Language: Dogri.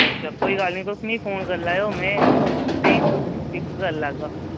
अच्छा कोई गल्ल नेईं तुस मिगी फोन करी लैयो में तुसेंगी पिक करी लैगा